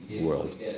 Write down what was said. world